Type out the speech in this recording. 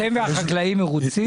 אתם והחקלאים מרוצים?